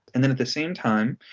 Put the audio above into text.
and then at the same time,